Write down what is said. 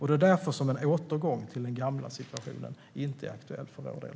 Det är därför som en återgång till den gamla situationen inte är aktuell för vår del.